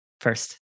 first